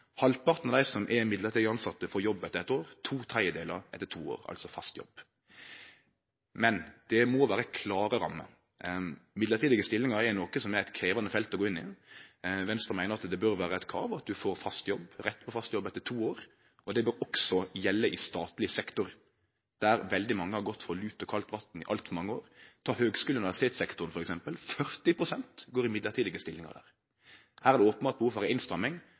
Halvparten av dei som er mellombels tilsette, får jobb etter eitt år, to tredjedelar etter to år – altså fast jobb. Men det må vere klare rammer. Mellombelse stillingar er noko som er eit krevjande felt å gå inn i. Venstre meiner det bør vere eit krav at ein får rett til fast jobb etter to år, og det bør også gjelde i statleg sektor, der veldig mange har gått for lut og kaldt vatn i altfor mange år. I f.eks. høgskule- og universitetssektoren går 40 pst. i mellombelse stillingar. Her er det openbert behov for ei innstramming